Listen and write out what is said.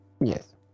yes